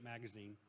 Magazine